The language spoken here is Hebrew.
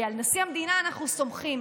כי על נשיא המדינה אנחנו סומכים.